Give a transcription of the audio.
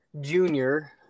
Junior